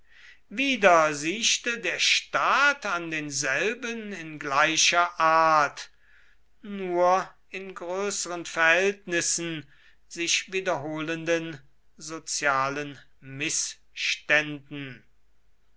wieder siechte der staat an denselben in gleicher art nur in größeren verhältnissen sich wiederholenden sozialen mißständen